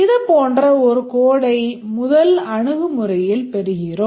இது போன்ற ஒரு codeடை முதல் அணுகுமுறையில் பெறுகிறோம்